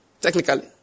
Technically